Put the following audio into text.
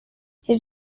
his